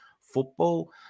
football